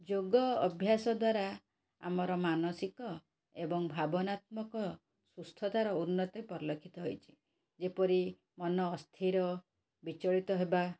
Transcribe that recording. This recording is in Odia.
ଯୋଗ ଅଭ୍ୟାସ ଦ୍ୱାରା ଆମର ମାନସିକ ଏବଂ ଭାବନାତ୍ମକ ସୁସ୍ଥତାର ଉନ୍ନତି ପରିଲକ୍ଷିତ ହେଇଛି ଯେପରି ମନ ଅସ୍ଥିର ବିଚଳିତ ହେବା